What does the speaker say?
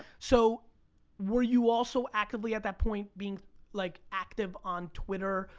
so were you also actively at that point being like active on twitter,